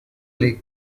league